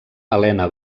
helena